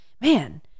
man